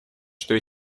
что